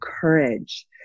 courage